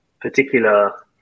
particular